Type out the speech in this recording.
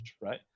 right